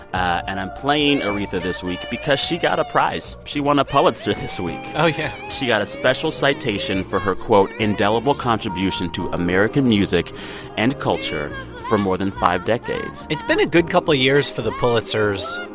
and i'm playing aretha this week because she got a prize. she won a pulitzer this week oh, yeah she got a special citation for her, quote, indelible contribution to american music and culture for more than five decades. it's been a good couple of years for the pulitzers.